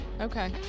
okay